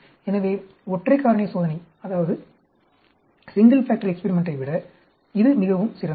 எனவே ஒற்றை காரணி சோதனை செய்வதை விட இது மிகவும் சிறந்தது